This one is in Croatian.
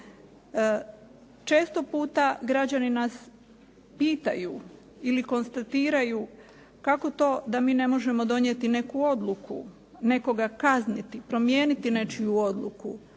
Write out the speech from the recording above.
Često puta građani nas pitaju ili konstatiraju kako to da mi ne možemo donijeti neku odluku, nekoga kazniti, promijeniti nečiju odluku,